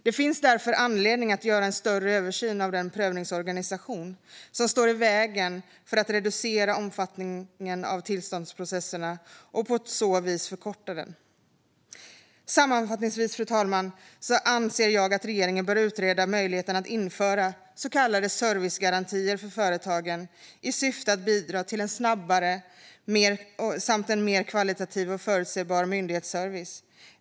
Det finns därför anledning att göra en större översyn av den prövningsorganisation som står i vägen för att reducera omfattningen av tillståndsprocesserna och på så vis förkorta dem. Sammanfattningsvis, fru talman, anser jag att regeringen bör utreda möjligheten att införa så kallade servicegarantier för företagen i syfte att bidra till en snabbare och mer kvalitativ och förutsebar myndighetsservice.